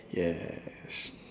yes